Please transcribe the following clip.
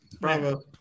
Bravo